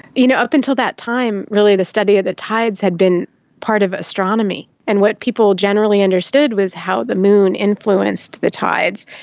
you know, up until that time really the study of the tides had been part of astronomy. and what people generally understood was how the moon influenced the tides,